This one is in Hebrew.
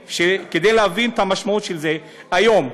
כדי להבין את המשמעות של זה, היום,